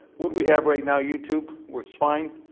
what we have right now, you tube, works fine.